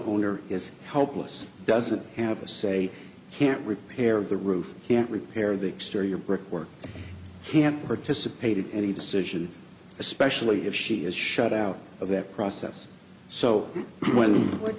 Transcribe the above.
owner is helpless doesn't have a say can't repair the roof can't repair the exterior brickwork can't participate in any decision especially if she is shut out of the process so when